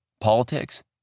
politics